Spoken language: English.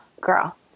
girl